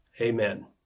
Amen